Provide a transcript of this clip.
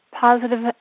positive